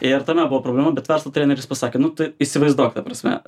ir tame buvo problemų bet verslo treneris pasakė nu tu įsivaizduok ta prasme